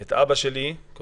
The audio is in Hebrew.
ואת אבא של מנחם סדובסקי,